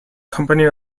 company